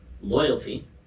loyalty